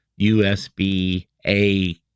USB-A